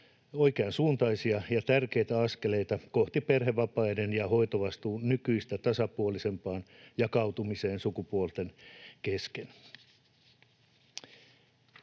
oikeansuuntaisia ja tärkeitä askeleita kohti perhevapaiden ja hoitovastuun nykyistä tasapuolisempaa jakautumista sukupuolten kesken.